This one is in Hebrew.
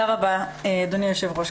רבה, אדוני היושב-ראש.